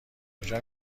کجا